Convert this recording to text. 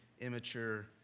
immature